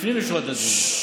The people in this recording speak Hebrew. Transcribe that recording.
לפנים משורת הדין,